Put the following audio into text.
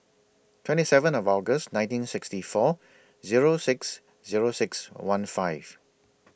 twenty seventh August nineteen sixty four Zero six Zero six one five